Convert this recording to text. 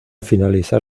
finalizar